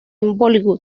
bollywood